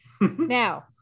now